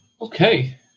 okay